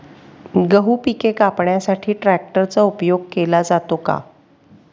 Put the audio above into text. गहू पिके कापण्यासाठी ट्रॅक्टरचा उपयोग केला जातो का?